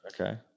Okay